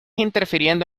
interfiriendo